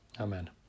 Amen